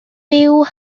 byw